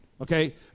okay